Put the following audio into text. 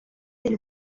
del